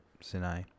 Sinai